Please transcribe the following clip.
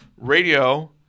radio